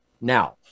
now